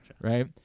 right